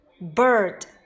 Bird